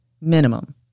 minimum